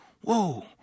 whoa